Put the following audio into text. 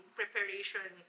preparation